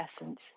essence